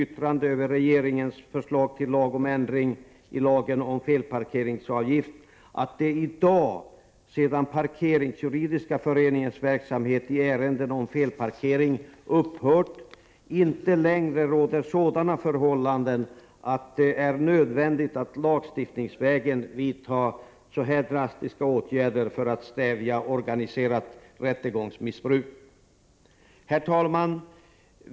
1988/89:30 ändring i lagen om felparkeringsavgift att det i dag — sedan Parkeringsjuridis 23 november 1988 råder sådana förhållanden att det är nödvändigt att lagstiftningsvägen vidta Ina kar drastiska åtgärder för att stävja organiserat rättegångsmissbruk. TE - rkeringsavgif Herr talman!